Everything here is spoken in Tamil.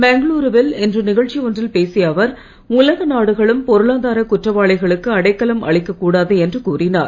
பெங்களூரு வில் இன்று நிகழ்ச்சி ஒன்றில் பேசிய அவர் உலக நாடுகளும் பொருளாதார குற்றவாளிகளுக்கு அடைக்கலம் அளிக்கக்கூடாது என்று கூறினார்